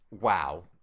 Wow